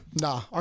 Nah